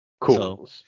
cool